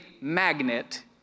magnet